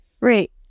Right